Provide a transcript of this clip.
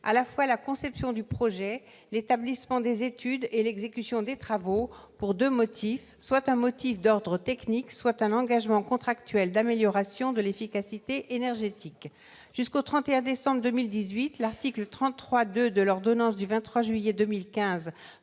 à la fois la conception du projet, l'établissement des études et l'exécution des travaux, soit pour un motif d'ordre technique, soit eu égard à un engagement contractuel d'amélioration de l'efficacité énergétique. Jusqu'au 31 décembre 2018, le II de l'article 33 de l'ordonnance du 23 juillet 2015